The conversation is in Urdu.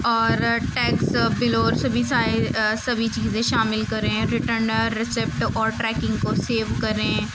اور ٹیکس بل اور سبھی ساری سبھی چیزیں شامل کریں ریٹرن ریسیپٹ اور ٹریکنگ کو سیو کریں